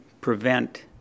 prevent